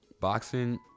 Boxing